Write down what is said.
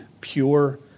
pure